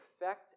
perfect